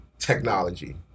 technology